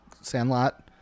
Sandlot